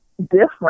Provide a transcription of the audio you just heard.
different